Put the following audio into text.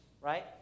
Right